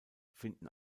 finden